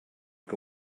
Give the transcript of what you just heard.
que